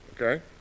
okay